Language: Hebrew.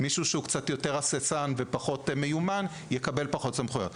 מישהו שהוא קצת יותר הססן ופחות מיומן יקבל פחות סמכויות.